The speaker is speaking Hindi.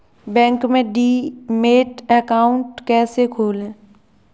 बैंक में डीमैट अकाउंट कैसे खोलें?